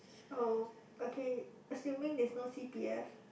oh okay assuming there's no c_p_f